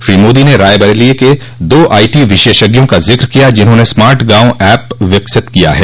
श्री मोदी ने रायबरेली के दो आई टी विशेषज्ञों का जिक्र किया जिन्होंने स्मार्टगांव एप विकसित किया है